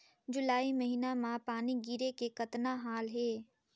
जुलाई महीना म पानी गिरे के कतना हाल हे?